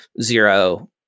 zero